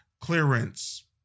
clearance